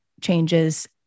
changes